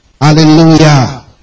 Hallelujah